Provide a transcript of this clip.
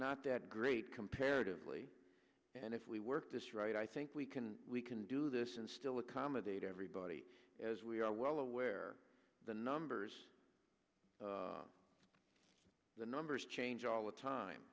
not that great comparatively and if we work this right i think we can we can do this and still accommodate everybody as we are well aware the numbers the numbers change all the time